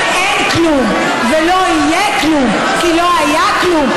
אם אין כלום ולא יהיה כלום כי לא היה כלום,